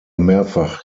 mehrfach